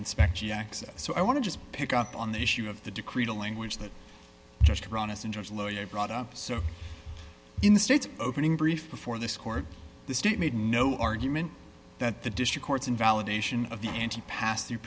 inspect e x s so i want to just pick up on the issue of the degree to language that just run his injuries lawyer brought up so in the states opening brief before this court the state made no argument that the district court's invalidation of the n t passthrough